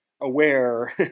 aware